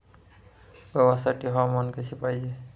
गव्हासाठी हवामान कसे पाहिजे?